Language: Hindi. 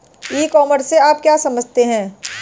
ई कॉमर्स से आप क्या समझते हैं?